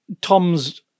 tom's